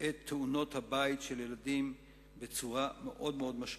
את תאונות-הבית של ילדים בצורה מאוד משמעותית.